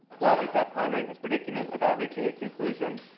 while he sat pondering his predicament without reaching a conclusion,